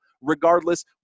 Regardless